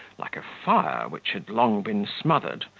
like a fire which had long been smothered,